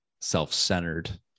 self-centered